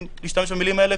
אם להשתמש במילים האלה,